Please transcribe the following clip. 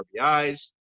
RBIs